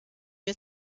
mir